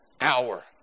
hour